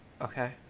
okay